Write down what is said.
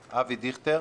מיקי,